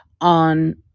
on